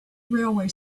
railway